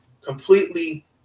completely